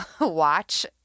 watch –